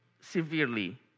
severely